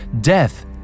death